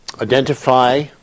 Identify